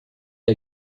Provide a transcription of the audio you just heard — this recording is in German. der